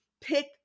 pick